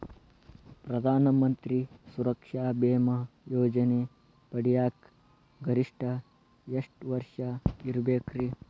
ಪ್ರಧಾನ ಮಂತ್ರಿ ಸುರಕ್ಷಾ ಭೇಮಾ ಯೋಜನೆ ಪಡಿಯಾಕ್ ಗರಿಷ್ಠ ಎಷ್ಟ ವರ್ಷ ಇರ್ಬೇಕ್ರಿ?